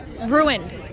ruined